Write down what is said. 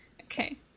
Okay